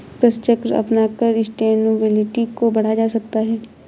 कृषि चक्र अपनाकर सस्टेनेबिलिटी को बढ़ाया जा सकता है